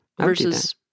versus